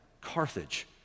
Carthage